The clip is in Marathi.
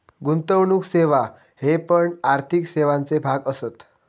गुंतवणुक सेवा हे पण आर्थिक सेवांचे भाग असत